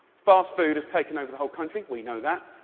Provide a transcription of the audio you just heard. fast food has taken over the whole country we know that.